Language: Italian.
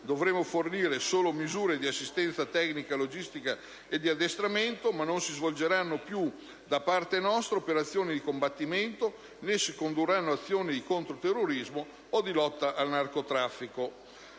dovremo fornire solo misure di assistenza tecnico-logistica e di addestramento ma non si svolgeranno più da parte nostra operazioni di combattimento, né si condurranno azioni di controterrorismo o di lotta al narcotraffico.